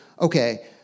okay